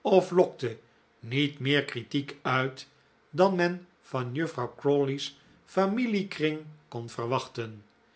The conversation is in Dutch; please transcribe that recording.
of lokte niet meer critiek uit dan men van juffrouw crawley's familiekring kon verwachten